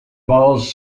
balls